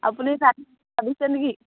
আপুনি নেকি